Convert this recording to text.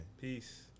Peace